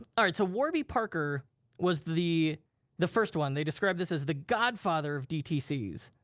all right, so warby parker was the the first one. they describe this as the godfather of dtcs.